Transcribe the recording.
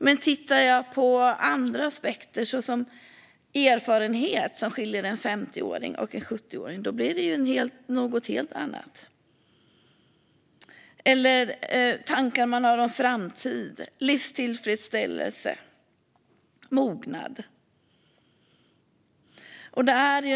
Men om man tittar på andra aspekter, som erfarenhet, blir skillnaden mellan en 50-åring och en 70-åring något helt annat, liksom när det gäller tankar om framtiden, livstillfredsställelse och mognad.